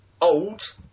old